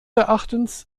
erachtens